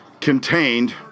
contained